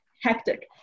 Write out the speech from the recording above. hectic